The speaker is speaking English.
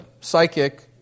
psychic